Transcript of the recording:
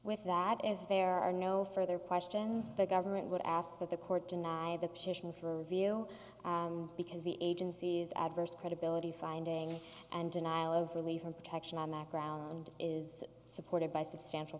with that if there are no further questions the government would ask that the court deny the petition for view because the agency's adverse credibility finding and denial of relief and protection on the ground is supported by substantial